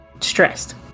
stressed